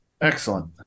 excellent